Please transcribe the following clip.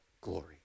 glory